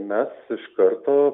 mes iš karto